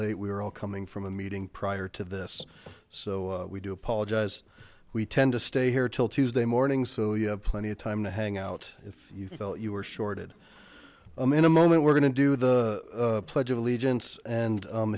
late we are all coming from a meeting prior to this so we do apologize we tend to stay here till tuesday morning so you have plenty of time to hang out if you felt you were shorted i'm in a moment we're going to do the pledge of allegiance and